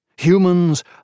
Humans